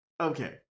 Okay